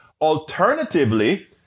Alternatively